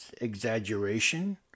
Exaggeration